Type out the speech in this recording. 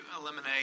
eliminate